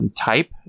type